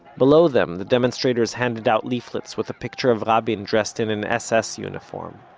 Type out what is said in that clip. below them, the demonstrators handed out leaflets with a picture of rabin dressed in an ss uniform.